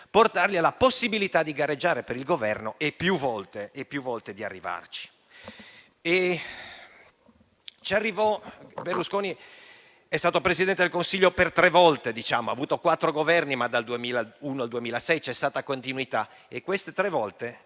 (Forza Italia), di gareggiare per il Governo e più volte di arrivarci. Berlusconi è stato Presidente del Consiglio per tre volte. Ha guidato quattro Governi, ma dal 2001 al 2006 c'è stata continuità. E queste tre volte,